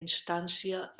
instància